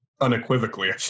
Unequivocally